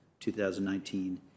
2019